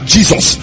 Jesus